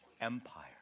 empire